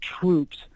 troops